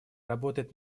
работает